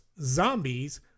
zombies